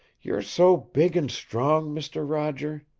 you're so big and strong, mister roger